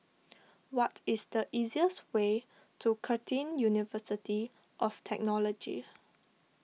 what is the easiest way to Curtin University of Technology